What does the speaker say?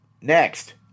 Next